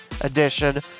edition